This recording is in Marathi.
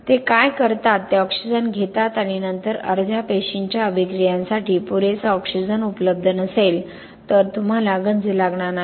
ते काय करतात ते ऑक्सिजन घेतात आणि नंतर अर्ध्या पेशींच्याअभिक्रियांसाठी पुरेसा ऑक्सिजन उपलब्ध नसेल तर तुम्हाला गंज लागणार नाही